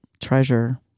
treasure